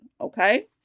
Okay